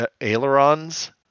ailerons